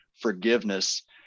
forgiveness